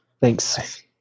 Thanks